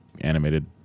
animated